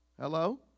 Hello